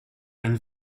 and